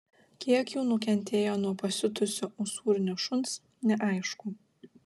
kiek jų nukentėjo nuo pasiutusio usūrinio šuns neaišku